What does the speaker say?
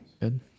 Good